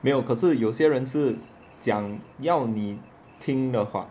没有可是有些人是讲要你听的话